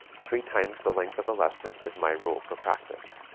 three times the length of a lesson is my rule for practice.